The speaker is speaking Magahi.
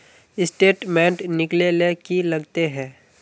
स्टेटमेंट निकले ले की लगते है?